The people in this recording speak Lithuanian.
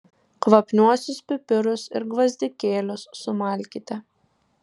kvapniuosius pipirus ir gvazdikėlius sumalkite